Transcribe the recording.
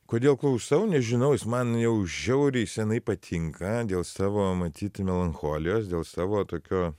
kodėl klausau nežinau jis man jau žiauriai senai patinka dėl savo matyt melancholijos dėl savo tokio